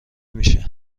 میشه